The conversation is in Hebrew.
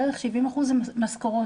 בערך 70% זה משכורות.